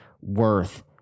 worth